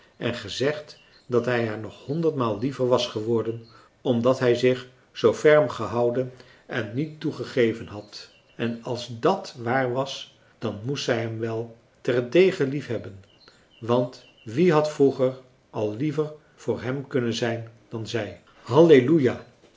en gezegd dat hij haar nog honderdmaal liever was geworden omdat hij zich zoo ferm gehouden en niet toegegeven had en als dàt waar was dan moest zij hem wel ter dege liefhebben want wie had vroeger al liever voor hem kunnen zijn dan zij halleluja